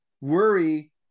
worry